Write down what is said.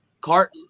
Cart